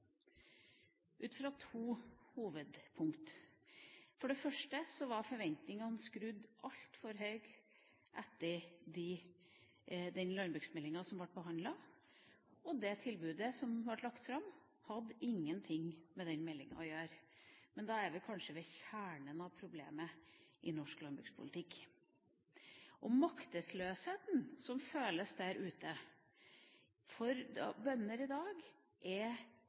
ut fra to hovedpunkt. For det første var forventningene skrudd altfor høyt i forhold til den landbruksmeldinga som ble behandlet. Det tilbudet som ble lagt fram, hadde ingenting med den meldinga å gjøre. Men da er vi kanskje ved kjernen av problemet i norsk landbrukspolitikk. Maktesløsheten som føles der ute hos bøndene i dag, er